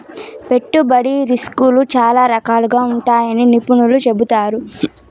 పెట్టుబడి రిస్కులు చాలా రకాలుగా ఉంటాయని నిపుణులు చెబుతున్నారు